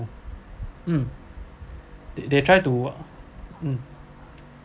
um they they try to um